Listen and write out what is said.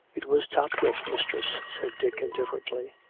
it was topciiffe, mistress, said dick indifferently.